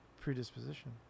predisposition